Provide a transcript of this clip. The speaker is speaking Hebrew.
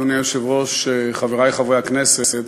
אדוני היושב-ראש, חברי חברי הכנסת,